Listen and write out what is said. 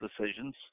decisions